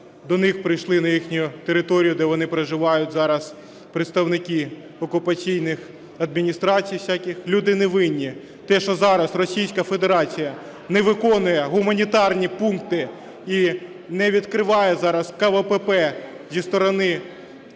до них прийшли, на їхню територію, де вони проживають зараз, представники окупаційних адміністрацій всяких. Люди не винні в тому, що зараз Російська Федерація не виконує гуманітарні пункти і не відкриває зараз КПВВ зі сторони